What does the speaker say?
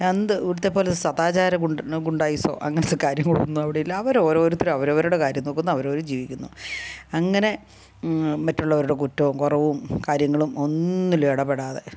എന്ത് ഇവിടുത്തെ പോലെ സദാചാര ഗുണ്ടയിസമോ അങ്ങനത്തെ കാര്യങ്ങളൊന്നും അവിടെ ഇല്ല അവർ ഓരോരുത്തർ അവരവരുടെ കാര്യം നോക്കുന്നു അവരവർ ജീവിക്കുന്നു അങ്ങനെ മറ്റുള്ളവരുടെ കുറ്റവും കുറവും കാര്യങ്ങളും ഒന്നിലും ഇടപെടാതെ